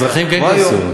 אזרחים כן קרסו.